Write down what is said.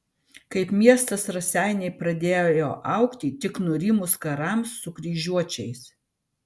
kaip miestas raseiniai pradėjo augti tik nurimus karams su kryžiuočiais